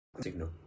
signal